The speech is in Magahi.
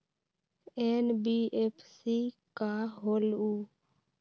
एन.बी.एफ.सी का होलहु?